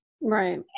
Right